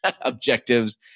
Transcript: objectives